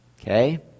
okay